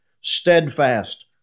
steadfast